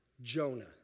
Jonah